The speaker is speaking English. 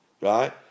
right